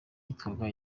yitwaga